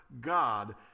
God